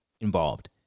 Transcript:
involved